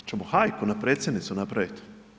Hoćemo hajku na predsjednicu napraviti?